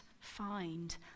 find